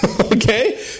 Okay